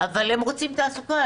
אבל הם רוצים תעסוקה,